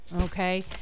okay